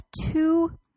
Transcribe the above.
two